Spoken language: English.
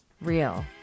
real